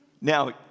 Now